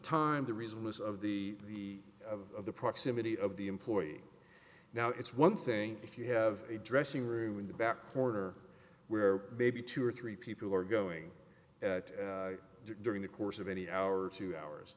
time the reason is of the of the proximity of the employee now it's one thing if you have a dressing room in the back corner where maybe two or three people are going during the course of any hour or two hours